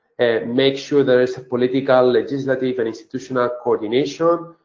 and make sure there is a political, legislative, and institutional coordination,